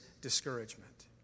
discouragement